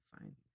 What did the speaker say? fine